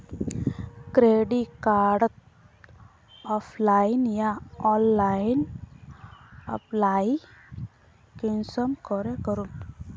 Credit कार्डेर online या offline apply कुंसम करे करूम?